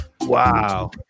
Wow